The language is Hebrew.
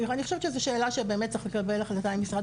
אני חושבת שזו שאלה שבאמת צריך לקבל החלטה אם משרד